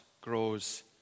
grows